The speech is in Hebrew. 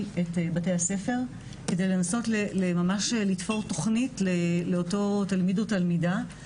את בתי הספר כדי לנסות לתפור תוכנית לאותו תלמיד או תלמידה.